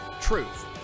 truth